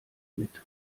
mit